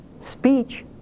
speech